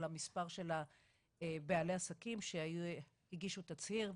על המספר של בעלי העסקים שהגישו תצהיר,